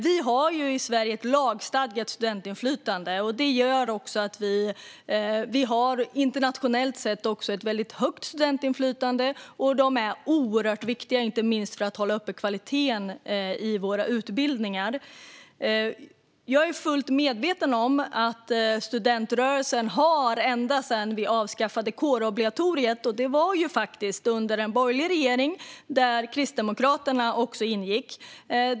Vi har i Sverige ett lagstadgat studentinflytande. Det gör att vi internationellt sett har ett väldigt högt studentinflytande. Det är oerhört viktigt inte minst för att upprätthålla kvaliteten i våra utbildningar. Jag är fullt medveten om studentrörelsens ekonomiska situation ända sedan vi avskaffade kårobligatoriet. Det var under en borgerlig regering där Kristdemokraterna ingick.